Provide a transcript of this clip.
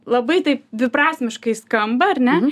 labai taip dviprasmiškai skamba ar ne